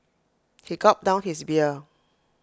he gulped down his beer